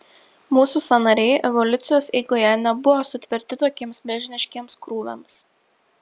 mūsų sąnariai evoliucijos eigoje nebuvo sutverti tokiems milžiniškiems krūviams